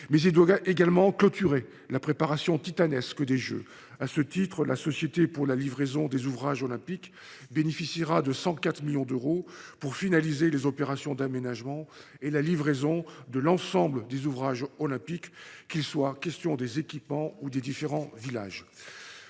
Mais il doit également clôturer la préparation titanesque des Jeux. À ce titre, la Solideo bénéficiera de 104 millions d’euros pour finaliser les opérations d’aménagements et la livraison de l’ensemble des ouvrages olympiques, qu’il soit question des équipements ou des différents villages.